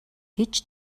гэж